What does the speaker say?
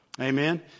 Amen